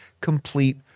complete